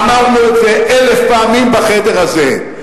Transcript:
אמרנו את זה אלף פעמים בחדר הזה.